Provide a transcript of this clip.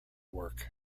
works